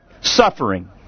suffering